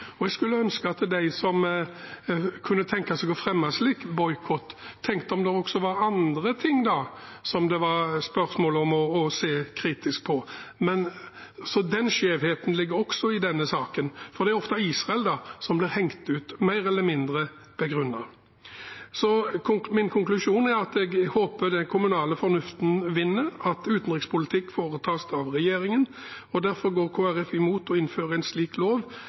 Jeg skulle ønske at de som kunne tenke seg å fremme en slik boikott, tenker på om det også er andre ting det kunne være spørsmål om å se kritisk på. Så den skjevheten ligger også i denne saken, for det er ofte Israel som blir hengt ut, mer eller mindre begrunnet. Min konklusjon er at jeg håper den kommunale fornuften vinner, at utenrikspolitikk foretas av regjeringen. Derfor går Kristelig Folkeparti mot å innføre en slik lov.